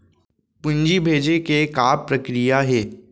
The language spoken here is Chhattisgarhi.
पूंजी भेजे के का प्रक्रिया हे?